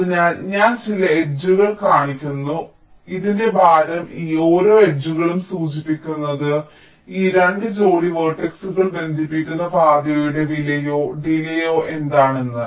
അതിനാൽ ഞാൻ ചില എഡ്ജ്കൾ കാണിക്കുന്നു അതിനാൽ ഇതിന്റെ ഭാരം ഈ ഓരോ എഡ്ജ്കളും സൂചിപ്പിക്കുന്നത് ഈ 2 ജോഡി വേർട്ടക്സുകൾ ബന്ധിപ്പിക്കുന്ന പാതയുടെ വിലയോ ഡിലേയ്യ് എന്താണെന്ന്